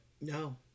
no